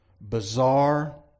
bizarre